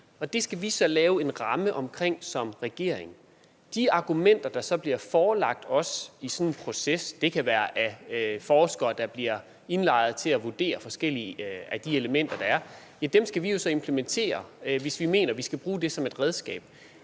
Og det skal vi så som regering lave en ramme omkring. De argumenter, der så bliver forelagt os i sådan en proces – det kan være af forskere, der bliver indlejet til at vurdere forskellige af de elementer, der er – skal vi så implementere, hvis vi mener, det skal bruges som et redskab.